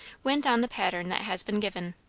went on the pattern that has been given.